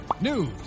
news